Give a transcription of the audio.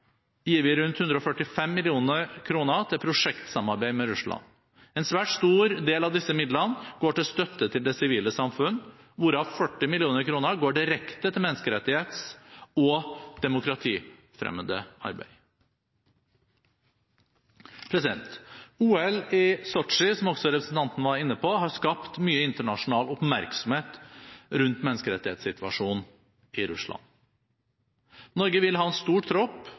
gir vi rundt 145 mill. kr til prosjektsamarbeid med Russland. En svært stor del av disse midlene går til å støtte det sivile samfunn, hvorav 40 mill. kr går direkte til menneskerettighets- og demokratifremmende arbeid. OL i Sotsji har, som også representanten var inne på, skapt mye internasjonal oppmerksomhet rundt menneskerettighetssituasjonen i Russland. Norge vil ha en stor tropp